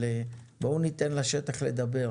בואו ניתן לשטח לדבר.